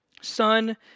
Son